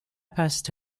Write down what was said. passed